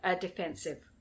defensive